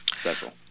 special